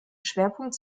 schwerpunkt